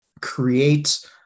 create